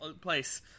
place